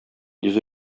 йөзе